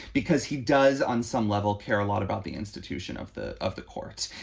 because he does on some level care a lot about the institution of the of the courts.